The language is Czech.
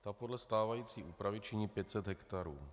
Ta podle stávající úpravy činí 500 hektarů.